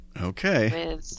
okay